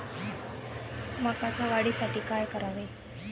मकाच्या वाढीसाठी काय करावे?